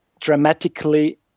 dramatically